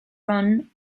run